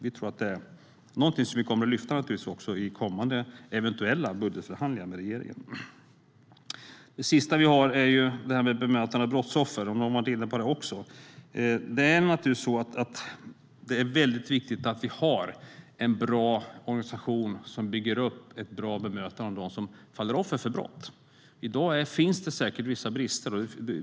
Vi kommer att lyfta upp detta i eventuella kommande budgetförhandlingar med regeringen. Det sista vi har är bemötandet av brottsoffer, som man också har varit inne på. Det är viktigt att vi har en bra organisation som bygger upp ett bra bemötande av dem som faller offer för brott, där det i dag säkert finns vissa brister.